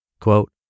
Quote